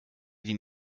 die